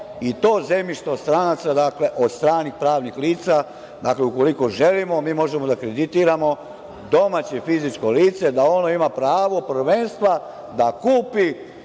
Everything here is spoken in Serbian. i to zemljište od stranaca, od stranih pravnih lica. Dakle, ukoliko želimo, mi možemo da kreditiramo domaće fizičko lice da ono ima pravo prvenstva da kupi